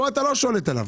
כאן אתה לא שולט עליו.